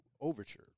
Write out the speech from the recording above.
overture